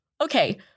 okay